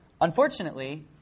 Unfortunately